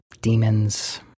demons